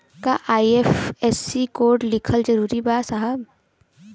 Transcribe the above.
का IFSC code लिखल जरूरी बा साहब?